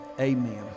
amen